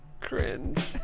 Cringe